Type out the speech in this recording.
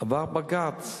עבר בג"ץ,